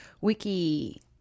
wiki